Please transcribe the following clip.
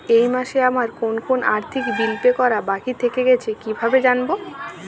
এই মাসে আমার কোন কোন আর্থিক বিল পে করা বাকী থেকে গেছে কীভাবে জানব?